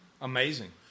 Amazing